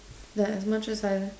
that as much as I